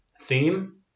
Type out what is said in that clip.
theme